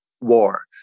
war